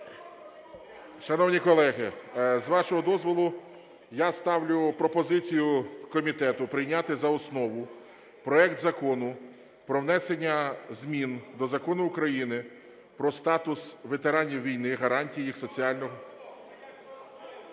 Шановні колеги, з вашого дозволу, я ставлю пропозицію комітету прийняти за основу проект Закону про внесення змін до Закону України "Про статус ветеранів війни, гарантії їх соціального…